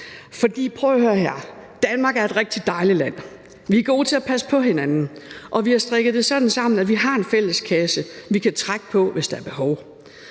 her: Danmark er et rigtig dejligt land. Vi er gode til at passe på hinanden, og vi har strikket det sådan sammen, at vi har en fælles kasse, vi kan trække på, hvis der er behov